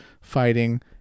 fighting